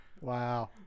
Wow